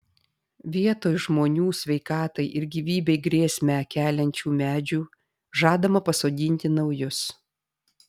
vietoj žmonių sveikatai ir gyvybei grėsmę keliančių medžių žadama pasodinti naujus